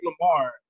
Lamar